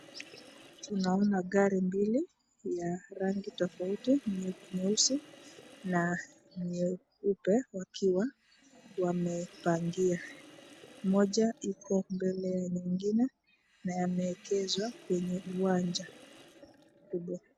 Tunaona gari mbili ya rangi tofauti nyeusi na nyeupe wakiwa wamepangia, moja iko mbele ya mwingine na yameekezwa kwenye uwanja kubwa.